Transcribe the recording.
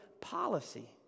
policy